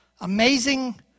amazing